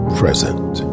present